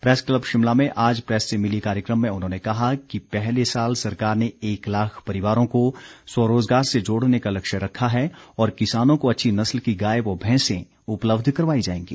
press club Shimla में आज press से मिलिए कार्यक्रम में उन्होंने कहा कि पहले साल सरकार ने एक लाख परिवारों को स्वरोजगार से जोड़ने का लक्ष्य रखा है और किसानों को अच्छी नस्ल की गाय व भैंसे उपलब्ध करवाई जाएंगी